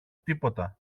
τίποτα